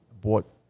bought